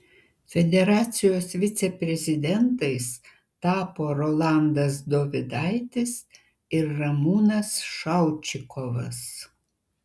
federacijos viceprezidentais tapo rolandas dovidaitis ir ramūnas šaučikovas